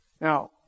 Now